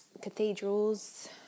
cathedrals